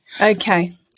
Okay